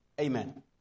Amen